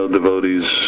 devotees